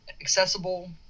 accessible